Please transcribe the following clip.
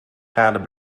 graden